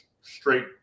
Straight